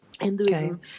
Hinduism